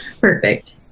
Perfect